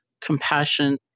compassion